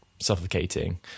suffocating